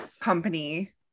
company